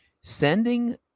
Sending